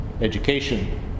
education